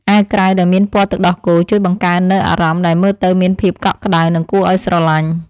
អាវក្រៅដែលមានពណ៌ទឹកដោះគោជួយបង្កើតនូវអារម្មណ៍ដែលមើលទៅមានភាពកក់ក្តៅនិងគួរឱ្យស្រលាញ់។